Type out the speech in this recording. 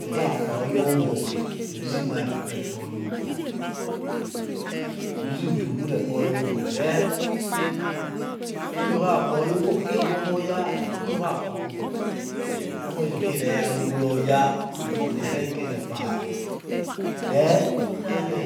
Uyokha kpoya obo use miud nu rekpa oya obo use udu nu rrh kpa oya obo then stu yorkha kpa oya obo ukhege guonor yaniyakha kpa obo onoroya okhe ire anu duroya onu ormona ikhekeme kpa then ehrinakhe